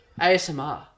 ASMR